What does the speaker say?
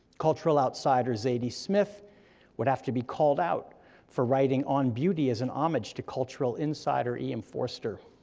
cultural outsider zadie smith would have to be called out for writing on beauty as an homage to cultural insider e m. forster.